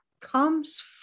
comes